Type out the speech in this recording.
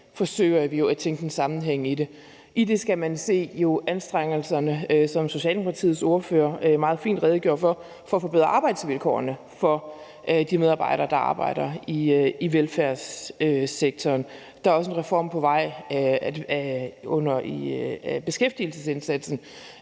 forsøger vi at tænke en sammenhæng ind i det. I det skal man jo se anstrengelserne, som Socialdemokratiets ordfører meget fint redegjorde for, for at forbedre arbejdsvilkårene for de medarbejdere, der arbejder i velfærdssektoren. Der er også en reform af beskæftigelsesindsatsen